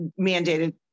mandated